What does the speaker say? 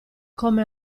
come